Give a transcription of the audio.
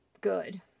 good